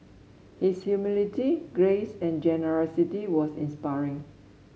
his humility grace and generosity was inspiring